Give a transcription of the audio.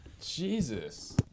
Jesus